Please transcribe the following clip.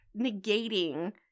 negating